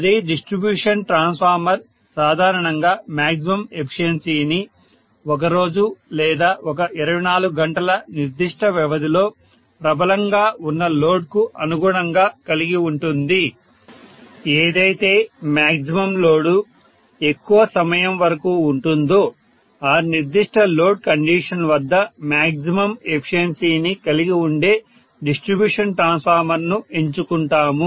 అదే distribution transformer సాధారణంగా maximum ఏఫిషియన్సిని ఒకరోజు లేదా ఒక 24 గంటల నిర్దిష్ట వ్యవధిలో ప్రబలంగా ఉన్న లోడ్కు అనుగుణంగా కలిగి ఉంటుంది ఏదైతే మ్యాగ్జిమం లోడు ఎక్కువ సమయం వరకు ఉంటుందో ఆ నిర్దిష్ట లోడ్ కండీషన్ వద్ద మ్యాగ్జిమమ్ ఏఫిషియన్సిని కలిగి వుండే డిస్ట్రిబ్యూషన్ ట్రాన్స్ఫార్మర్ ను ఎంచుకుంటాము